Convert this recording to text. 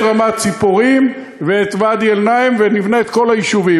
רמת-ציפורים ואת ואדי-אלנעם ונבנה את כל היישובים.